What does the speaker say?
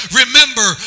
remember